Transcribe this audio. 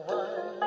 one